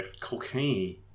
cocaine